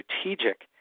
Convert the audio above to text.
strategic